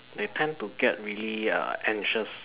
they tend to get really err anxious